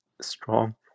strong